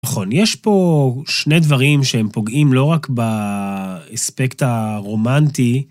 נכון, יש פה שני דברים שהם פוגעים לא רק באספקט הרומנטי.